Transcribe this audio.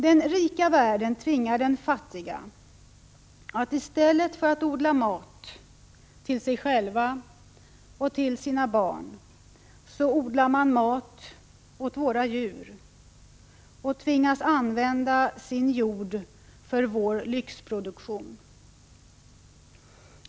Den rika världen tvingar den fattiga att i stället för att odla mat till sig själva och sina barn odla mat åt våra djur och använda sin jord för vår lyxproduktion.